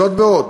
זאת ועוד: